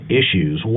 issues